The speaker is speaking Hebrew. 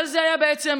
אבל זה היה בעצם,